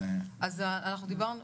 דיברנו